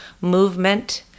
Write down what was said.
movement